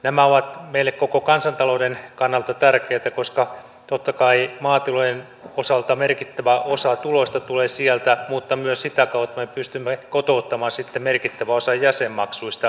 nämä ovat meille koko kansantalouden kannalta tärkeitä koska totta kai maatilojen osalta merkittävä osa tuloista tulee sieltä mutta myös sitä kautta että me pystymme kotouttamaan sitten merkittävän osan jäsenmaksuista tänne